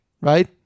right